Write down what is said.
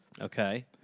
Okay